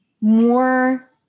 more